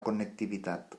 connectivitat